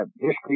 history